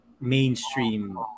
mainstream